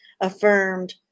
affirmed